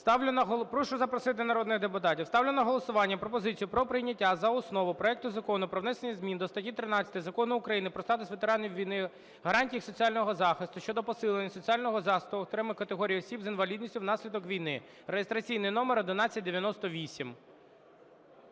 Прошу запросити народних депутатів. Ставлю на голосування пропозицію про прийняття за основу проекту Закону про внесення зміни до статті 13 Закону України "Про статус ветеранів війни, гарантії їх соціального захисту" щодо посилення соціального захисту окремих категорій осіб з інвалідністю внаслідок війни (реєстраційний номер 1198).